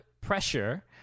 pressure